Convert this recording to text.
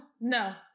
no